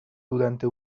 durante